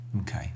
Okay